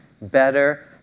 better